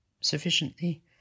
sufficiently